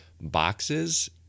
boxes